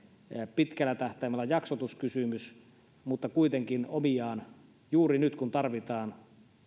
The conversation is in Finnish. pitkällä tähtäimellä jaksotuskysymys mutta kuitenkin omiaan juuri nyt kun tarvitaan